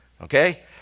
Okay